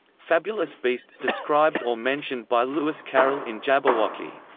fabulous beasts described or mentioned by lewis carroll in jabberwocky